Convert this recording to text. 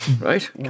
right